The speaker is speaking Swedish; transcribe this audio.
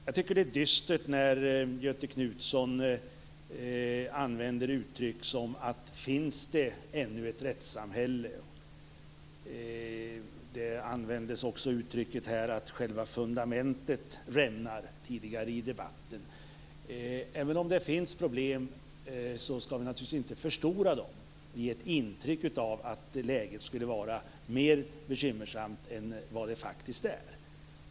Jag tycker att det är dystert när Göthe Knutson använder uttryck som: Finns det ännu ett rättssamhälle? Tidigare i debatten användes också uttrycket att själva fundamentet rämnar. Även om det finns problem skall vi naturligtvis inte förstora dem. Vi skall inte ge intryck av att läget skulle vara mer bekymmersamt än vad det faktiskt är.